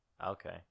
Okay